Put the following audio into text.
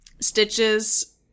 Stitches